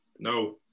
No